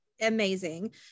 amazing